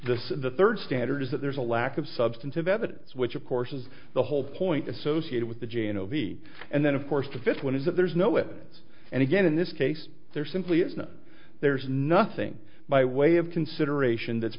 the the third standard is that there's a lack of substantive evidence which of course is the whole point associated with the j n o v and then of course the fifth one is that there's no evidence and again in this case there simply is no there's nothing by way of consideration that's